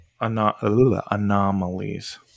anomalies